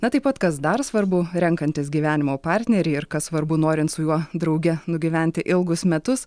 na taip pat kas dar svarbu renkantis gyvenimo partnerį ir kas svarbu norint su juo drauge nugyventi ilgus metus